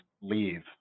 leave